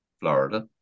Florida